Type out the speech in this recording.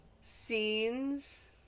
scenes